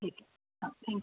ठीक आहे हं थँक्यू